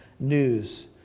news